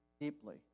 deeply